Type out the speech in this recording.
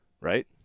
right